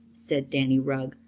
said danny rugg,